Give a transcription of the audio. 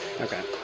Okay